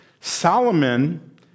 Solomon